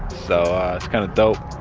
so it's kind of dope.